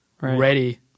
ready